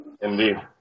Indeed